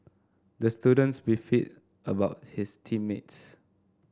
the students beefed about his team mates